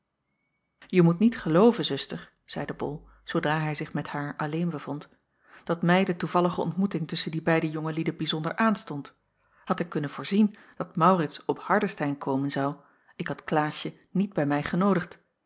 je moet niet gelooven zuster zeide bol zoodra hij zich met haar alleen bevond dat mij de toevallige ontmoeting tusschen die beide jonge lieden bijzonder aanstond had ik kunnen voorzien dat maurits op hardestein komen zou ik had klaasje niet bij mij genoodigd